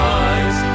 eyes